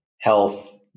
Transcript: health